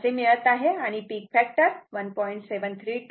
155 मिळत आहे आणि पिक फॅक्टर 1